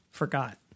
forgot